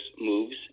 moves